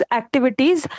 activities